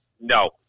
no